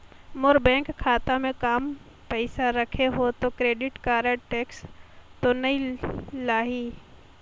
मोर bank खाता मे काम पइसा रखे हो तो क्रेडिट कारड टेक्स तो नइ लाही???